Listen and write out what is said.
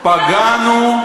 פגענו,